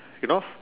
you know